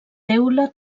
teula